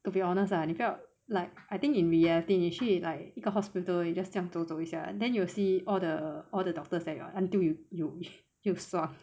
to be honest lah 你不要 like I think in reality 你去 like 一个 hospital just 这样走走一下 then you will see all the all the doctors there hor until you you sua